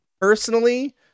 Personally